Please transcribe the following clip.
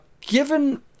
given